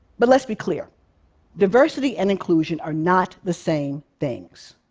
but let's be clear diversity and inclusion are not the same things.